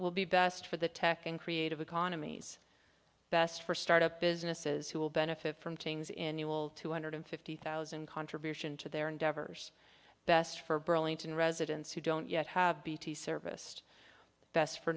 will be best for the tech and creative economies best for startup businesses who will benefit from things in you will two hundred fifty thousand contribution to their endeavors best for burlington residents who don't yet have bt service best for